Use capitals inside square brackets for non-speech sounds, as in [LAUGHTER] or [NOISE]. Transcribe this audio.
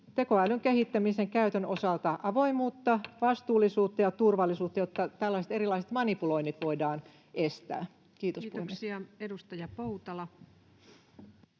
tekoälyn kehittämisen ja käytön osalta avoimuutta, [NOISE] vastuullisuutta ja turvallisuutta, jotta tällaiset erilaiset manipuloinnit voidaan estää. — Kiitos, puhemies.